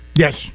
Yes